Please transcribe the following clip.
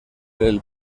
del